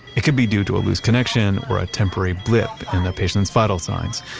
it could be due to a loose connection or a temporary blip in the patient's vital signs,